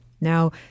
Now